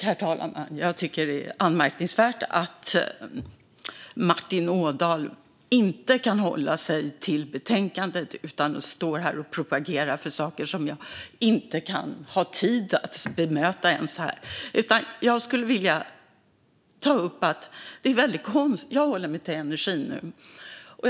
Herr talman! Jag tycker att det är anmärkningsvärt att Martin Ådahl inte kan hålla sig till betänkandet utan står här och propagerar för saker som jag inte har tid att bemöta här. Jag håller mig till energifrågan nu.